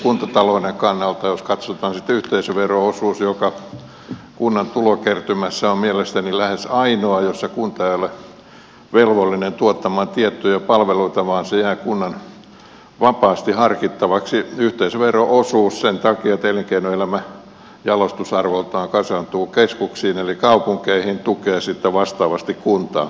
kuntatalouden kannalta jos katsotaan sitten yhteisövero osuutta joka kunnan tulokertymässä on mielestäni lähes ainoa jossa kunta ei ole velvollinen tuottamaan tiettyjä palveluita vaan joka jää kunnan vapaasti harkittavaksi yhteisövero osuus sen takia että elinkeinoelämä jalostusarvoltaan kasaantuu keskuksiin eli kaupunkeihin tukee sitten vastaavasti kuntaa